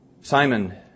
Simon